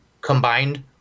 combined